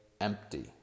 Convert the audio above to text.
empty